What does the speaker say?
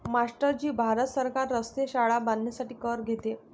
master ji Bharat सरकार रस्ते, शाळा बांधण्यासाठी कर घेते